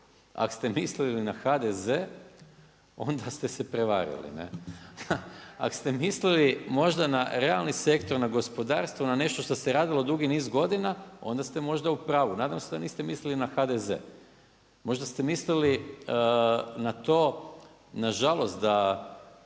Ako ste mislili na HDZ onda ste se prevarili. Ako ste mislili možda na realni sektor na gospodarstvo, na nešto što se radilo dugi niz godina, onda ste možda u pravu. Nadam se da niste mislili na HDZ. Možda ste mislili na to nažalost da